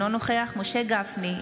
אינו נוכח משה גפני,